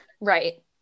right